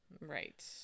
Right